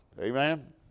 Amen